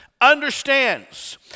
understands